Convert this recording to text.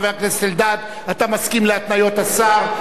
חבר הכנסת אלדד, אתה מסכים להתניות השר.